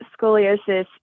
scoliosis